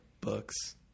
books